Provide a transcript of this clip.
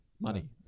Money